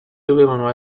dovevano